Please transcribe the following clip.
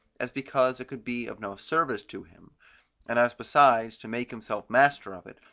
as because it could be of no service to him and as besides to make himself master of it,